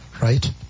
Right